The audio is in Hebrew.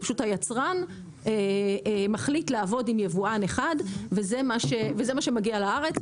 זה פשוט היצרן מחליט לעבוד עם יבואן אחד וזה מה שמגיע לארץ,